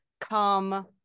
come